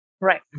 Right